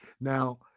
Now